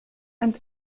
and